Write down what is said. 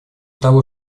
того